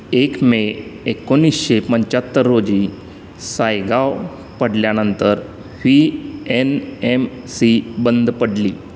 एक मे एकोणीसशे पंच्याहत्तर रोजी सायगाव पडल्यानंतर व्ही एन एम सी बंद पडली